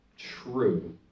true